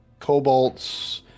cobalts